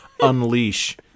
unleash